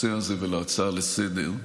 בנושא הזה, על ההצעה לסדר-היום.